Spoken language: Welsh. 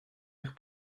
eich